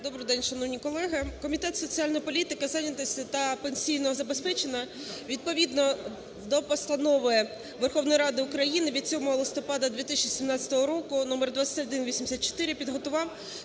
Добрий день, шановні колеги! Комітет з соціальної політики, зайнятості та пенсійного забезпечення відповідно до Постанови Верховної Ради України від 7 листопада 2017 року № 2184 підготував